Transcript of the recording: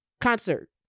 concert